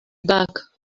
back